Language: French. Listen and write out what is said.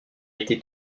été